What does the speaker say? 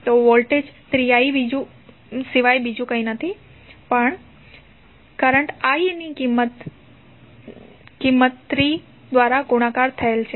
તો voltage 3i બીજુ કશું જ નથી પણ કરંટ I ની કિંમત 3 દ્વારા ગુણાકાર થયેલ છે